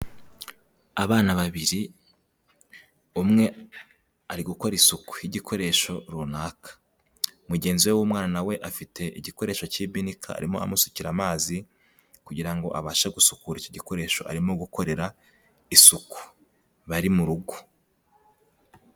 Abana babiri, umwe ari gukora isuku y'igikoresho runaka, mugenzi we w'umwana we afite igikoresho k'ibinika arimo amusukira amazi kugira ngo abashe gusukura icyo gikoresho arimo gukorera isuku, bari mu rugo.